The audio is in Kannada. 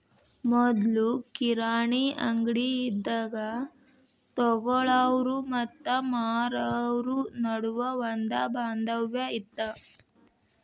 ಮೊದ್ಲು ಕಿರಾಣಿ ಅಂಗ್ಡಿ ಇದ್ದಾಗ ತೊಗೊಳಾವ್ರು ಮತ್ತ ಮಾರಾವ್ರು ನಡುವ ಒಂದ ಬಾಂಧವ್ಯ ಇತ್ತ